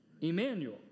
Emmanuel